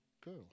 girl